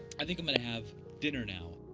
i think i'm gonna have dinner now.